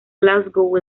glasgow